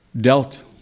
dealt